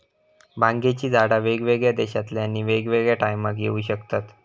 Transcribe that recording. भांगेची झाडा वेगवेगळ्या देशांतल्यानी वेगवेगळ्या टायमाक येऊ शकतत